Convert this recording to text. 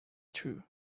true